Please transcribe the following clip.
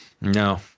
No